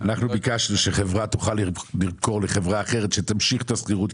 אנחנו ביקשנו שחברה תוכל למכור לחברה אחרת שתמשיך את השכירות,